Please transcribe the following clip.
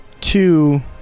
Two